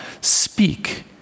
speak